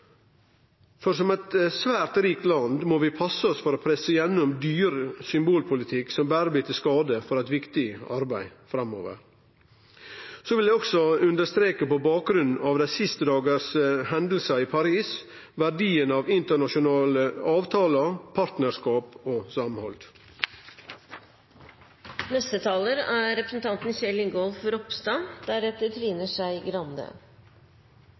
For som eit svært rikt land må vi passe oss for å presse igjennom dyr symbolpolitikk som berre blir til skade for eit viktig arbeid framover. Så vil eg også, på bakgrunn av dei siste daganes hendingar i Paris, understreke verdien av internasjonale avtalar, partnarskap og